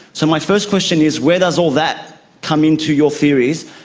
so my first question is where does all that come into your theories?